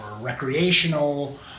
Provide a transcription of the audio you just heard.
recreational